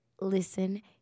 listen